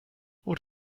what